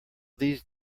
these